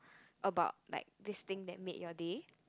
about like this thing that made your day